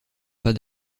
pas